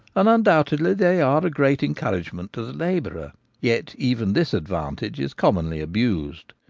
and undoubtedly they are a great encourage ment to the labourer yet even this advantage is com monly abused.